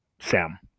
Sam